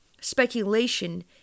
speculation